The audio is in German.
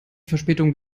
verspätung